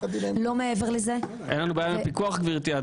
לא מעבר לזה --- אין לנו בעיה עם הפיקוח גברתי,